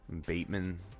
Bateman